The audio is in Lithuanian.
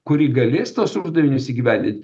kuri galės tuos uždavinius įgyvendint